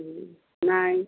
ନାହିଁ